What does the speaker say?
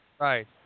right